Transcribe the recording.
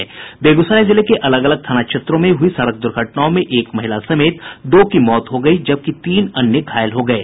बेगूसराय जिले के अलग अलग थाना क्षेत्रों में हुई सड़क दुर्घटनाओं में एक महिला समेत दो की मौत हो गयी जबकि तीन अन्य घायल हो गये